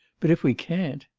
but if we can't